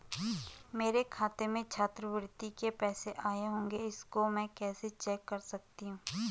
मेरे खाते में छात्रवृत्ति के पैसे आए होंगे इसको मैं कैसे चेक कर सकती हूँ?